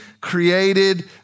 created